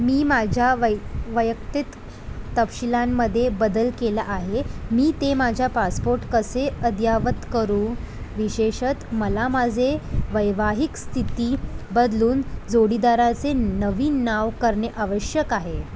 मी माझ्या वै वैयक्तिक तपशिलांमध्ये बदल केला आहे मी ते माझ्या पासपोट कसे अद्ययावत करू विशेषतः मला माझे वैवाहिक स्थिती बदलून जोडीदाराचे नवीन नाव करणे आवश्यक आहे